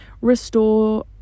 restore